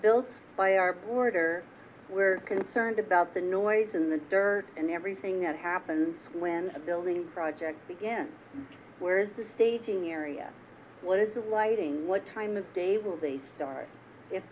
built by our border we're concerned about the noise in the dirt and everything that happens when a building project begins where is the staging area what is the lighting what time of day will they start